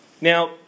Now